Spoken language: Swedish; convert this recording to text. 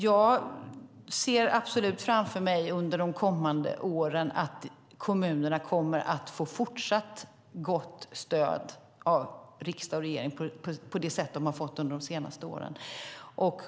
Jag ser absolut framför mig att kommunerna under de kommande åren kommer att få fortsatt gott stöd av riksdag och regering på det sätt de har fått under de senaste åren.